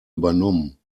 übernommen